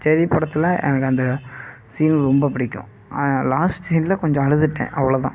cherry படத்தில் எனக்கு அந்த சீன் ரொம்ப பிடிக்கும் லாஸ்ட் சீனில் கொஞ்சம் அழுதுவிட்டேன் அவ்வளோ தான்